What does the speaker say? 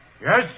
Yes